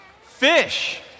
fish